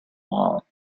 wall